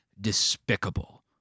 despicable